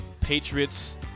Patriots